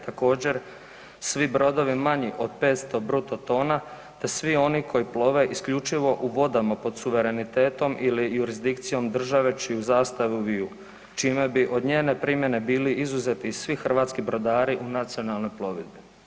Također, svi brodovi manji od 500 bruto tona, te svi oni koji plove isključivo u vodama pod suverenitetom ili jurisdikcijom države čiju zastavu viju čime bi od njene primjene bili izuzeti i svi hrvatski brodari u nacionalnoj plovidbi.